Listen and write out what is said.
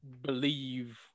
believe